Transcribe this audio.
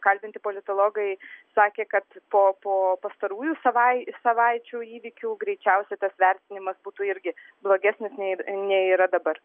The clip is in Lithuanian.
kalbinti politologai sakė kad po po pastarųjų savai savaičių įvykių greičiausia tas vertinimas būtų irgi blogesnis nei nei yra dabar